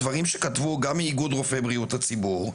דברים שכתבו גם מאיגוד רופאי בריאות הציבור,